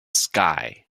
sky